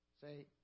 Say